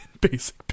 basic